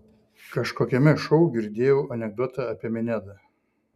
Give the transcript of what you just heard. kažkokiame šou girdėjau anekdotą apie minedą